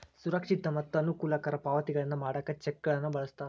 ಸುರಕ್ಷಿತ ಮತ್ತ ಅನುಕೂಲಕರ ಪಾವತಿಗಳನ್ನ ಮಾಡಾಕ ಚೆಕ್ಗಳನ್ನ ಬಳಸ್ತಾರ